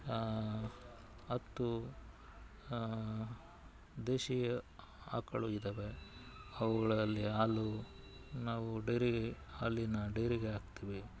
ಹತ್ತು ದೇಶೀಯ ಆಕಳು ಇದ್ದಾವೆ ಅವುಗಳಲ್ಲಿ ಹಾಲು ನಾವು ಡೈರಿ ಹಾಲಿನ ಡೈರಿಗೆ ಹಾಕ್ತೀವಿ